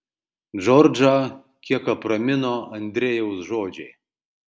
džordžą kiek apramino andrejaus žodžiai